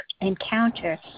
encounter